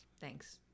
thanks